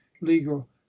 legal